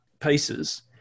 pieces